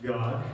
God